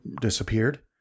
disappeared